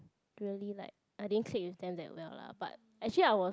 really like I didn't click with them that well lah but actually I was